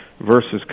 versus